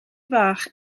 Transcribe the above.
fach